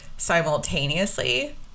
simultaneously